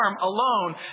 alone